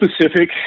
specific